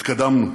התקדמנו,